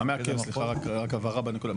סליחה, רק הבהרה בנקודה.